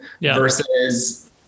versus